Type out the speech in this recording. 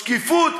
שקיפות,